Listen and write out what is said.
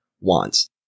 wants